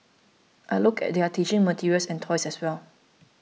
I looked at their teaching materials and toys as well